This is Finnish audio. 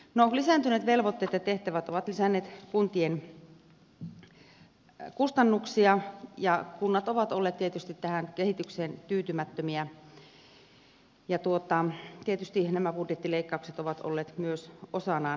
lisääntyneet velvoitteet ja tehtävät ovat lisänneet kuntien kustannuksia ja kunnat ovat olleet tietysti tähän kehitykseen tyytymättömiä ja tietysti nämä budjettileikkaukset ovat olleet myös osanaan tässä